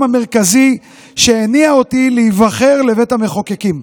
המרכזי שהניע אותי להיבחר לבית המחוקקים,